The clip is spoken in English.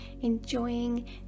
enjoying